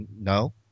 no